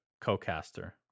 co-caster